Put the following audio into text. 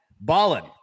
Ballin